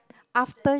after it